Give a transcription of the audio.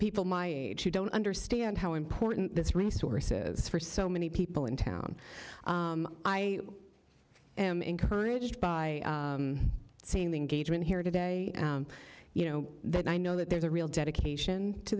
people my age who don't understand how important this resources for so many people in town i am encouraged by seeing the engagement here today you know that i know that there's a real dedication to